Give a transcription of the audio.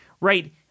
Right